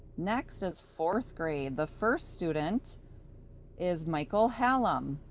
next is fourth grade. the first student is michael hallom,